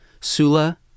Sula